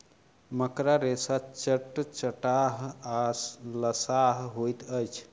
मकड़ा रेशा चटचटाह आ लसाह होइत अछि